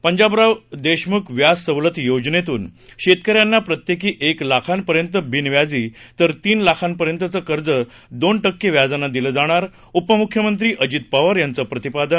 पंजाबरावदेशमुखव्याजसवलतयोजनेतूनशेतकऱ्यांनाप्रत्येकीएकलाखापर्यंतबीनव्याजी तर तीनलाखांपर्यंतचंकर्जदानटक्केव्याजानंदिलंजाणार उपमुख्यमंत्रीअजितपवारयांचं प्रतिपादन